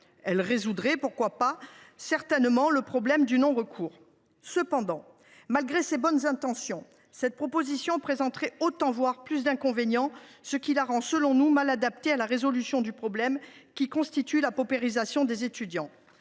Elle résoudrait donc certainement le problème du non recours. Cependant, malgré les bonnes intentions des auteurs de ce texte, cette allocation présenterait autant voire plus d’inconvénients, ce qui la rend, selon nous, mal adaptée à la résolution du problème que constitue la paupérisation des étudiants.